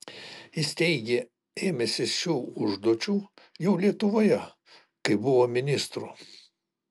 jis teigė ėmęsis šių užduočių jau lietuvoje kai buvo ministru